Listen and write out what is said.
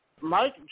Mike